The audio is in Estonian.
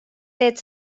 teed